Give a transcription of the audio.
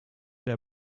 der